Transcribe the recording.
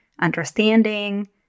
understanding